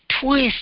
twist